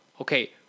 okay